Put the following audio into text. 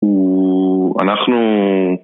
‫ואנחנו...